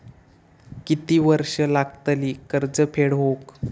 किती वर्षे लागतली कर्ज फेड होऊक?